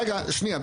רגע שנייה,